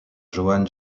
johann